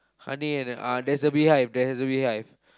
honey and ah there's a beehive there's a beehive